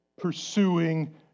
pursuing